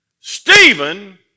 Stephen